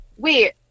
Wait